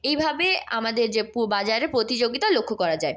এইভাবে আমাদের যে বাজারে প্রতিযোগিতা লক্ষ্য করা যায়